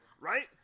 Right